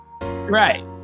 Right